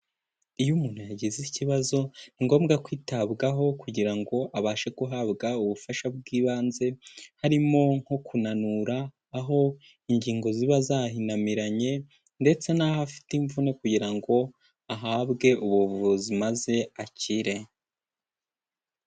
Iyo umuntu yagize ikibazo ni ngombwa kwitabwaho kugira ngo abashe guhabwa ubufasha bw'ibanze harimo nko kunanura aho ingingo ziba zahinamiranye ndetse n'aho afite imvune kugira ngo ahabwe ubuvuzi maze akire.